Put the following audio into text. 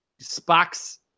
Spock's